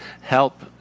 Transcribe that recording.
help